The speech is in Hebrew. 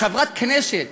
חברת כנסת